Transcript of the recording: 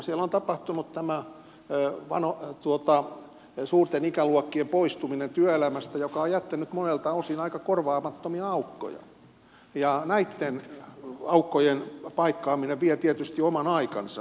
siellä on tapahtunut tämä on jo vanha tuottama ja suurten ikäluokkien poistuminen työelämästä joka on jättänyt monelta osin aika korvaamattomia aukkoja ja näitten aukkojen paikkaaminen vie tietysti oman aikansa